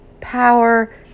power